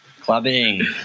Clubbing